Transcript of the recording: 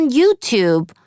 YouTube